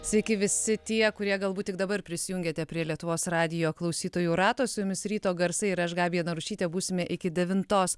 sveiki visi tie kurie galbūt tik dabar prisijungėte prie lietuvos radijo klausytojų rato su jumis ryto garsai ir aš gabija narušytė būsime iki devintos